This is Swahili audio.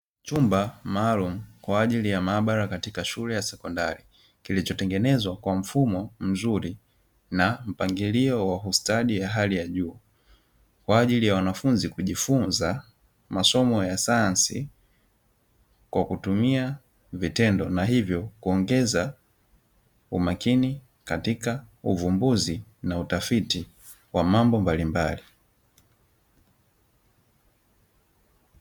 Chumba maalumu kwa ajili ya maabara katika shule ya sekondani. Kilichotengenezwa kwa mfumo mzuri na mpangilio wa ustadi ya hali ya juu. Kwa ajili ya wanafunzi kujifunza masomo ya sayansi kwa kutumia vitendo na hivyo kuongeza umakini katika uvumbuzi na utafiti wa mambo mbalimbali.